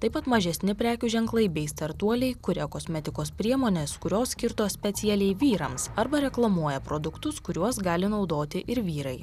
taip pat mažesni prekių ženklai bei startuoliai kuria kosmetikos priemones kurios skirtos specialiai vyrams arba reklamuoja produktus kuriuos gali naudoti ir vyrai